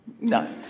no